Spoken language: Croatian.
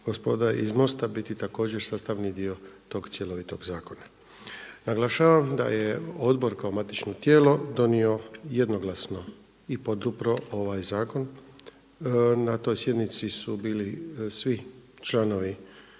gospoda iz MOST-a, biti također sastavni dio tog cjelovitog zakona. Naglašavam da je Odbor kao matično tijelo donijelo jednoglasno i podupro ovaj zakon. Na toj sjednici su bili svi članovi